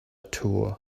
tour